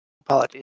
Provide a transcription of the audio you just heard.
Apologies